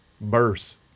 Burst